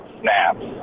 snaps